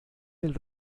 del